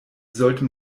sollte